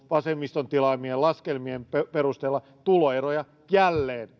vasemmiston tilaamien laskelmien perusteella tuloeroja jälleen